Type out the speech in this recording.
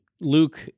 Luke